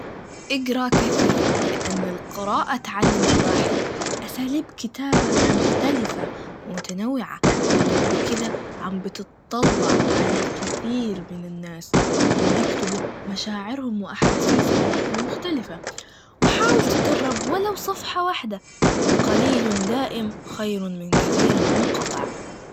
إجرا كثير, لأن القراءة تعلم الواحد أساليب كتابة مختلفة, ومتنوعة, لأنك بكدا عمبتطلع على الكثير من الناس اللي بيكتبوا مشاعرهم وأحاسيسهم المختلفة, وحاول تتدرب ولو صفحة واحدة, قليلَ دائم خيرَ من كثيرٍ منقطع.